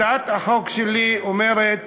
הצעת החוק שלי אומרת